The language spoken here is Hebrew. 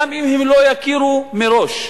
גם אם לא יכירו מראש.